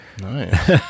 Nice